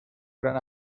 gran